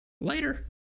later